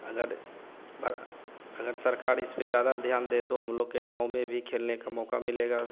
अगर भ सरकार इसपर ज़्यादा ध्यान दे तो हम लोग के गाँव में खेलने का मौक़ा मिलेगा